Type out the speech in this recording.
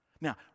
Now